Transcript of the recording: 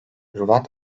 hırvat